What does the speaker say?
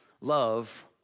Love